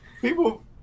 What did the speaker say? people